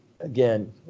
Again